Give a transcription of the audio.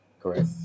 Correct